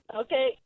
Okay